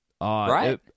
Right